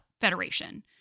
federation